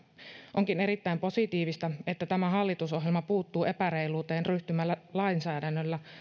onkin erittäin positiivista että tämä hallitusohjelma puuttuu epäreiluuteen ryhtymällä lainsäädännöllä